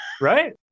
right